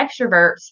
extroverts